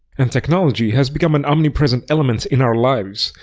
and technology has become an omnipresent element in our lives,